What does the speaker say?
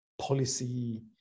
policy